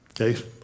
Okay